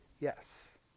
yes